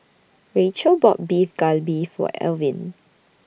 Rachael bought Beef Galbi For Alvin